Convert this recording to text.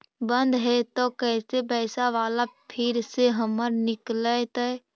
बन्द हैं त कैसे पैसा बाला फिर से हमर निकलतय?